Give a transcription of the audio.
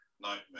nightmare